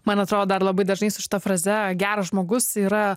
man atrodo dar labai dažnai su šita fraze geras žmogus yra